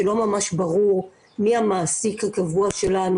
שלא ממש ברור מי המעסיק הקבוע שלנו,